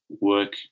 work